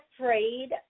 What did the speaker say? afraid